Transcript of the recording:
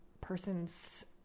person's